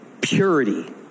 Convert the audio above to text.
purity